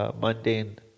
Mundane